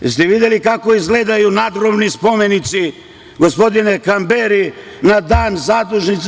Jeste li videli kako izgledaju nadgrobni spomenici, gospodine Kamberi, na Zadušnice?